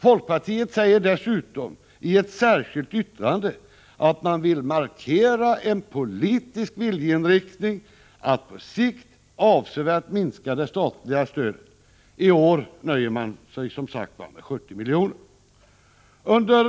Folkpartiet säger dessutom i ett särskilt yttrande att man vill markera en politisk viljeinriktning att på sikt avsevärt minska det statliga stödet. I år nöjer man sig, som sagt, med 70 milj.kr.